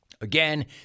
Again